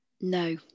no